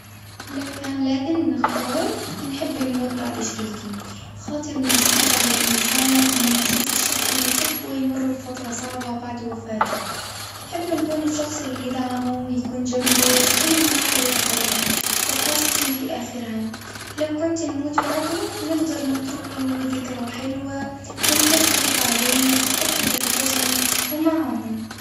لو كان لازم نختار نحب نموت بعد شريكي، خاطر من الصعب على الإنسان إنه يشوف الشخص اللي يحبه يمر بفترة صعبة بعد وفاته، نحب نكون الشخص اللي يدعمه ويكون جنبه في كل مراحل الحياة، وخاصة في آخرها، لو كنت نموت بعده نقدر نترك له ذكرى حلوة ونكون خفيفة عليه في فترة الحزن ومعه.